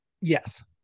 Yes